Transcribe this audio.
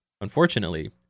Unfortunately